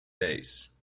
days